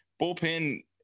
bullpen